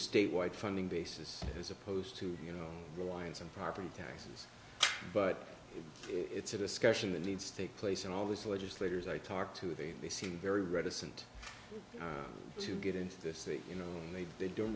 state wide funding basis as opposed to you know reliance on property taxes but it's a discussion that needs to take place and all these legislators i talk to they seem very reticent to get into this you know maybe they don't